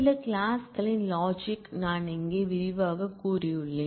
சில கிளாஸ் களின் லாஜிக் நான் இங்கே விரிவாகக் கூறியுள்ளேன்